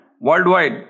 worldwide